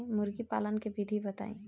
मुर्गी पालन के विधि बताई?